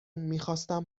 میخواستم